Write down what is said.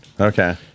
Okay